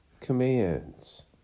commands